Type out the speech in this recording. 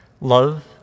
Love